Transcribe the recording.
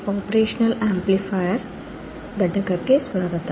ಮರಳಿ ಸ್ವಾಗತ